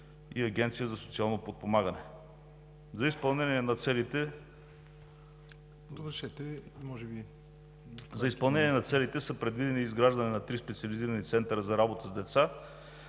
и Агенцията за социално подпомагане. За изпълнение на целите са предвидени: изграждане на три специализирани центъра за работа с деца;